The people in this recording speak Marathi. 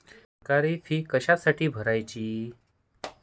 सरकारी फी कशासाठी भरायची